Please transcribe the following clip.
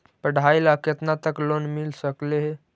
पढाई ल केतना तक लोन मिल सकले हे?